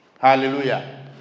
Hallelujah